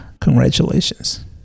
Congratulations